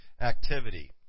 activity